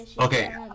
Okay